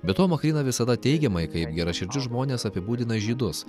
be to makryna visada teigiamai kaip geraširdžius žmones apibūdino žydus